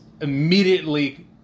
immediately